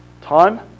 time